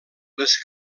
les